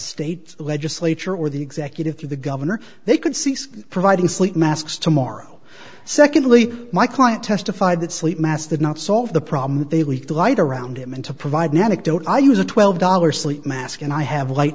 state legislature or the executive to the governor they could cease providing sleep masks tomorrow secondly my client testified that sleep mask did not solve the problem they leave the light around him and to provide an anecdote i use a twelve dollars sleep mask and i have light